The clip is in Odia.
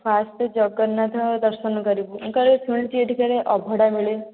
ଫାଷ୍ଟ ଜଗନ୍ନାଥ ଦର୍ଶନ କରିବୁ ମୁଁ କାଳେ ଶୁଣିଛି ଏଠି କୁଆଡ଼େ ଅଭଡ଼ା ମିଳେ